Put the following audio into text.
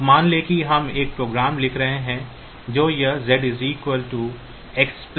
अब मान लें कि हम एक प्रोग्राम लिख रहे हैं जो यह Z XY होगा